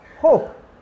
hope